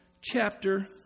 chapter